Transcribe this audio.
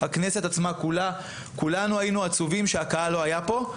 הכנסת עצמה, כולנו היינו עצובים שהקהל לא היה פה.